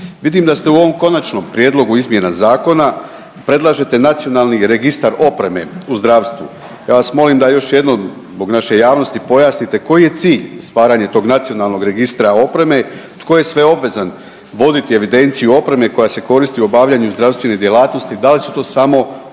Vidim da ste u ovom konačnom prijedlogu izmjena zakona predlažete nacionalni registar opreme u zdravstvu. Ja vas molim da još jednom zbog naše javnosti pojasnite koji je cilj stvaranje tog nacionalnog registra opreme, tko je sve obvezan voditi evidenciju o opremi koja se koristi u obavljanju zdravstvenih djelatnosti da li su to samo obvezne